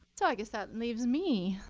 so i guess that leaves me.